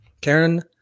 Karen